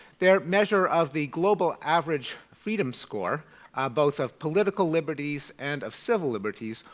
their measure of the global average freedom score both of political liberties and of civil liberties,